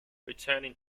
returning